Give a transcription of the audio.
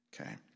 Okay